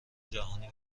جهانی